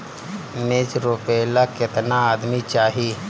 मिर्च रोपेला केतना आदमी चाही?